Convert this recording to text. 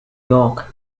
york